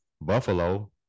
Buffalo